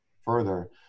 further